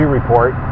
Report